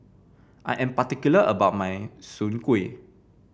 I am particular about my Soon Kway